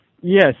Yes